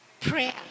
prayer